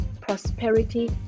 prosperity